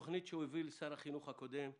תוכנית שהוביל שר החינוך הקודם,